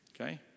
okay